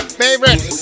favorite